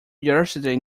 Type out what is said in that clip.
yesterday